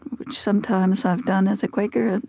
which sometimes i've done as a quaker,